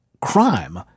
crime